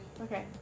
Okay